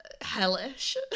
hellish